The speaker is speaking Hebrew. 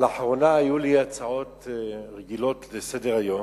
לאחרונה היו לי הצעות רגילות לסדר-היום